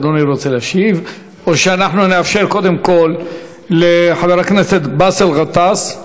אדוני רוצה להשיב או שאנחנו נאפשר קודם לחבר הכנסת באסל גטאס?